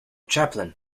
chaplain